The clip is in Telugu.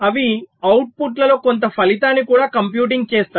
అవి అవుట్పుట్లలో కొంత ఫలితాన్ని కూడా కంప్యూటింగ్ చేస్తాయి